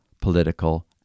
political